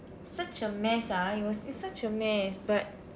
such a mess ah it was it's such a mess but